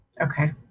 Okay